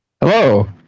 Hello